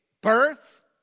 birth